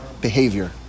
behavior